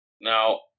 Now